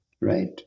Right